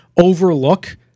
overlook